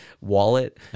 wallet